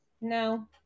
no